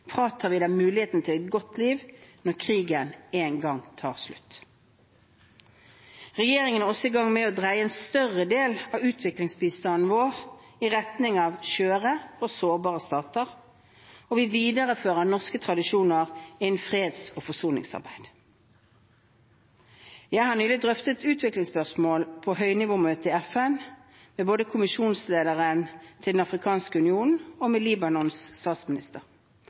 fratar vi dem muligheter til et godt liv når krigen en gang tar slutt. Regjeringen er også i gang med å dreie en større del av utviklingsbistanden vår i retning av skjøre og sårbare stater, og vi viderefører norske tradisjoner innenfor freds- og forsoningsarbeid. Jeg har nylig drøftet utviklingsspørsmål på høynivåmøtet i FN med både kommisjonslederen til Den afrikanske union og med Libanons statsminister.